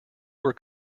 were